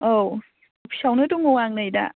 औ अफिसावनो दङ आं नै दा